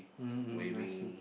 mm I see